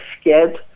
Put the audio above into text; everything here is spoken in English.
scared